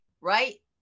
Right